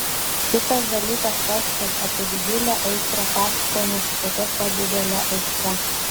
kitas dalykas tas kad apie didžiulę aistrą pasakojama su tokia pat didele aistra